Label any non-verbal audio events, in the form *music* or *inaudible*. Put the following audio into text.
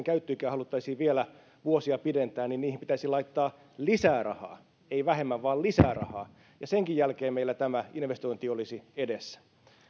*unintelligible* käyttöikää haluttaisiin vielä vuosia pidentää niin niihin pitäisi laittaa lisää rahaa ei vähemmän vaan lisää rahaa ja senkin jälkeen meillä tämä investointi olisi edessä